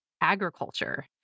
agriculture